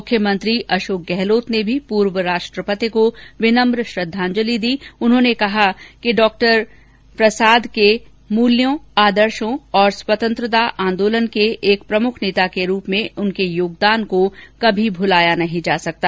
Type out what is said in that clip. मुख्यमंत्री अशोक गहलोत ने भी पूर्व राष्ट्रपति को विनम्र श्रद्वांजलि देते हुए कहा कि उनके मूल्यों आदर्शो और स्वतंत्रता आंदोलन के एक प्रमुख नेता के रूप में उनके योगदान को कभी भुलाया नहीं जो सकता